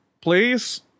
please